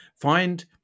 Find